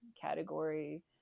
category